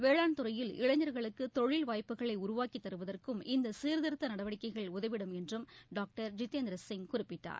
வேளாண் துறையில் இளைஞா்களுக்கு தொழில் வாய்ப்புக்களை உருவாக்கித் தருவதற்கும் இந்த சீர்திருத்த நடவடிக்கைகள் உதவிடும் என்றும் டாக்டர் ஜிதேந்திரசிங் குறிப்பிட்டார்